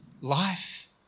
Life